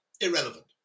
Irrelevant